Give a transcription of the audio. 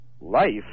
Life